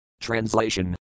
Translation